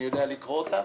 אני יודע לקרוא אותם.